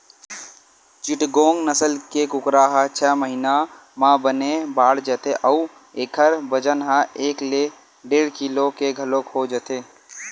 चिटगोंग नसल के कुकरा ह छय महिना म बने बाड़ जाथे अउ एखर बजन ह एक ले डेढ़ किलो के घलोक हो जाथे